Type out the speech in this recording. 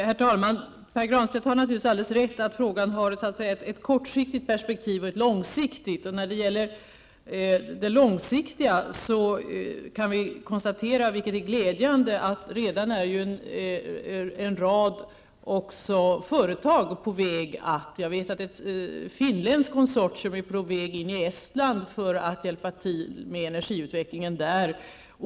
Herr talman! Pär Granstedt har naturligtvis alldeles rätt att frågan har ett långsiktigt och ett kortsiktigt perspektiv. När det gäller det långsiktiga perspektivet kan vi konstatera, vilket är glädjande, att en rad företag redan är på väg för att hjälpa till. Jag vet att ett finländskt konsortium är på väg in i Estland för att hjälpa till med energiutvecklingen där.